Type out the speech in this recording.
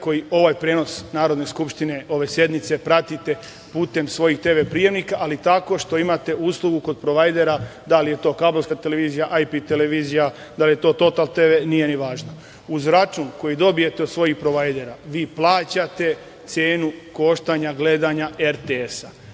koji ovaj prenos Narodne skupštine ove sednice pratite putem svojim TV prijemnika, ali tako što imate uslugu kod provajdera, da li je to kablovska televizija, IP televizija, da li je to „Total TV“, nije važno, uz račun koji dobijate od svojih provajdera vi plaćate cenu koštanja gledanja RTS-a.